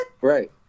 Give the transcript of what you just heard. Right